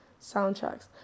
soundtracks